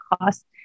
cost